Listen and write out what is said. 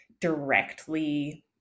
directly